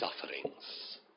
sufferings